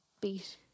beat